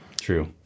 true